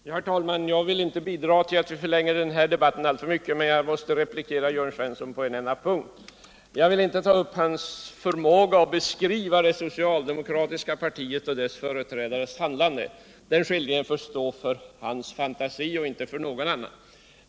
Herr talman! Jag vill inte bidra till att vi förlänger den här debatten alltför mycket, men jag måste replikera Jörn Svensson på en punkt. Jag vill inte ta upp Jörn Svenssons förmåga att beskriva det socialdemokratiska partiets och dess företrädares handlande — den skildringen får stå för hans fantasi.